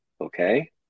Okay